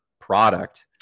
product